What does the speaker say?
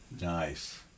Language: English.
Nice